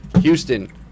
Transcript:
Houston